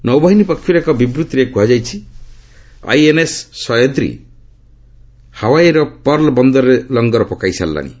ନୌବାହିନୀ ପକ୍ଷରୁ ଏକ ବିବୂଭିରେ କୁହାଯାଇଛି ଆଇଏନ୍ଏସ୍ ସୟଦ୍ରୀ ହାଓ୍ୱାଇର ପର୍ଲ ବନ୍ଦରରେ ଲଙ୍ଗର ପକାଇ ସାରିଲାଣି